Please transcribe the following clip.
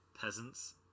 Peasants